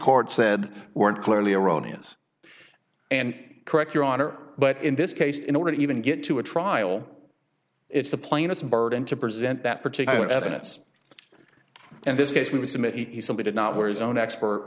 court said weren't clearly erroneous and correct your honor but in this case in order to even get to a trial it's the plaintiff's burden to present that particular evidence and this case we would submit he simply did not were his own expert